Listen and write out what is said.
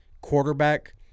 quarterback